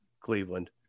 Cleveland